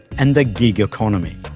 and the gig economy.